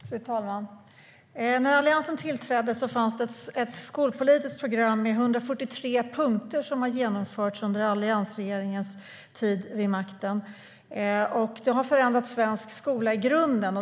Fru talman! När Alliansen tillträdde hade vi ett skolpolitiskt program med 143 punkter. Dessa genomfördes under alliansregeringens tid vid makten och förändrade svensk skola i grunden.